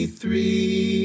three